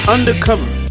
Undercover